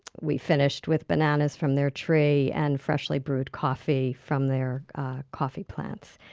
we finished with bananas from their tree and freshly brewed coffee from their coffee plants,